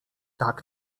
tak